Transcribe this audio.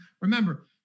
remember